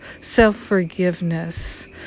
self-forgiveness